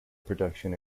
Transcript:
production